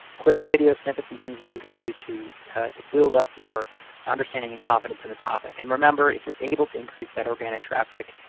quick video snipits and things that you can do to to build up your understanding and competence in the topic. and remember, if you're able to increase that organic traffic,